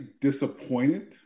disappointed